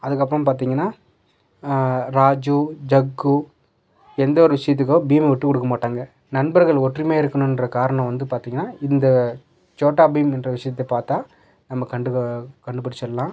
அதுக்கப்புறம் பார்த்திங்கன்னா ராஜூ ஜக்கு எந்த ஒரு விஷயத்துக்கோ பீம்மை விட்டுக்கொடுக்க மாட்டாங்க நண்பர்கள் ஒற்றுமையாக இருக்கணுங்ற காரணம் வந்து பார்த்திங்கன்னா இந்த சோட்டா பீம்முங்ற விஷயத்த பார்த்தா நம்ம கண்டு கண்டுபிடிச்சிட்லாம்